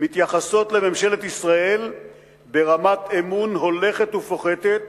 מתייחסות לממשלת ישראל ברמת אמון הולכת ופוחתת